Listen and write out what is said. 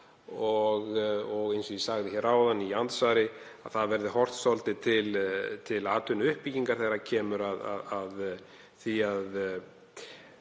og, eins og ég sagði hér áðan í andsvari, það verði horft svolítið til atvinnuuppbyggingar þegar kemur að því að